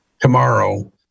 tomorrow